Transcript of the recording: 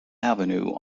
avenue